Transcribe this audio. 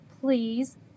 please